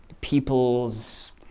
people's